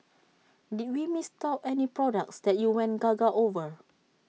did we miss out any products that you went gaga over